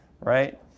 Right